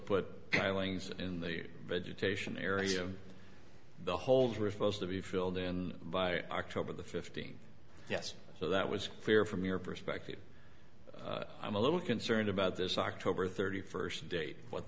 legs in the vegetation area of the holes were supposed to be filled in by october the fifteen yes so that was clear from your perspective i'm a little concerned about this october thirty first date what